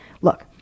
Look